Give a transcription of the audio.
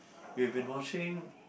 we've been watching